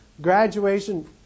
graduation